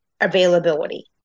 availability